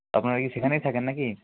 আপনারা কি সেখানেই থাকেন নাকি